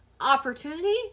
opportunity